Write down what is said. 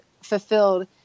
fulfilled